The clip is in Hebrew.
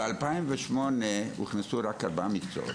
ב-2008 הוכנסו רק ארבעה מקצועות.